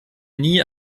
nie